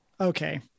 okay